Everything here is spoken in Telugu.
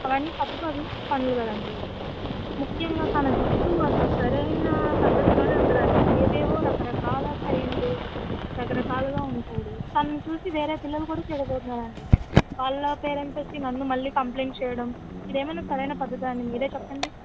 అవన్నీ తప్పు కదూ పనులు కదండి ముఖ్యంగా తన జుట్టు అసలు సరైన పద్ధతిలోనే ఉండదండి ఏవేవో రకరకాల స్టైల్లు రకరకాలుగా ఉంటాడు తనని చూసి వేరే పిల్లలు కూడా చెడిపోతున్నారండి వాళ్ళ పేరెంట్స్ వచ్చి నన్ను మళ్ళీ కంప్లైంట్స్ చేయడం ఇదేమన్నా సరైన పద్దతా అండి మీరే చెప్పండి